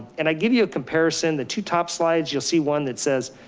and i give you a comparison. the two top slides, you'll see one that says